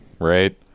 right